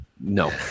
No